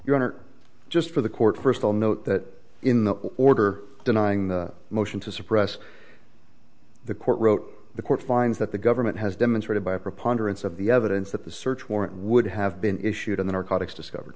honor just for the court first i'll note that in the order denying the motion to suppress the court wrote the court finds that the government has demonstrated by preponderance of the evidence that the search warrant would have been issued on the narcotics discovered